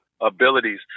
abilities